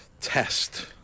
Test